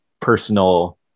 personal